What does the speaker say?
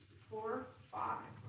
four, five.